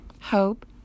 hope